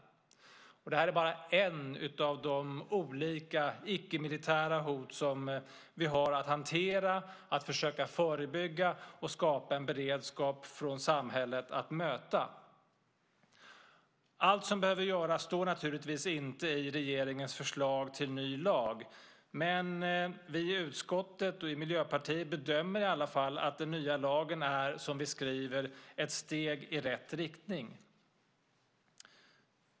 Och detta är bara ett av de olika icke-militära hot som vi har att hantera, försöka förebygga och skapa en beredskap från samhället att möta. Allt som behöver göras står naturligtvis inte i regeringens förslag till ny lag. Men vi i utskottet och Miljöpartiet bedömer i alla fall att den nya lagen är, som vi skriver, ett steg i rätt riktning.